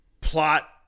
plot